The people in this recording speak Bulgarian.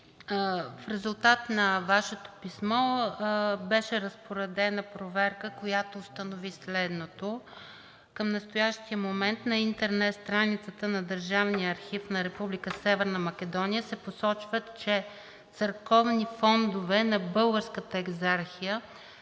В резултат на Вашето писмо беше разпоредена проверка, която установи следното: Към настоящия момент на интернет страницата на Държавния архив на Република Северна Македония се посочва, че църковните фондове на Българската екзархия